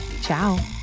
Ciao